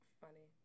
funny